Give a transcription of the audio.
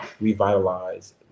revitalize